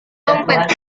dompet